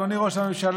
אדוני ראש הממשלה,